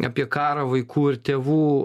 apie karą vaikų ir tėvų